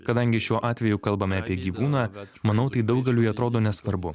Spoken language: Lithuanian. kadangi šiuo atveju kalbame apie gyvūną manau tai daugeliui atrodo nesvarbu